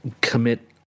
commit